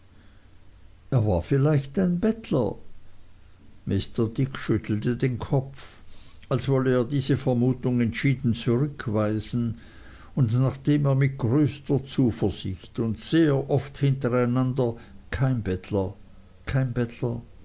er war vielleicht ein bettler mr dick schüttelte den kopf als wolle er diese vermutung entschieden zurückweisen und nachdem er mit größter zuversicht und sehr oft hintereinander kein bettler kein bettler